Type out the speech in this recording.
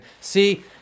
see